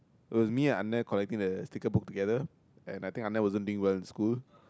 it was me and anneh collecting the sticker book together and I think anneh wasn't doing well in school